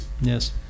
yes